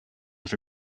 for